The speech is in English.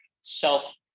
self